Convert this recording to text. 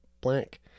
blank